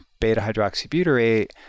beta-hydroxybutyrate